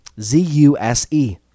Z-U-S-E